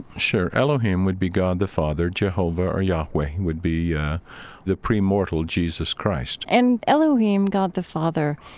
sure. elohim would be god the father. jehovah or yahweh would be yeah the premortal jesus christ and elohim, god the father,